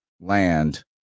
land